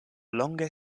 longe